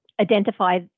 identify